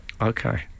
Okay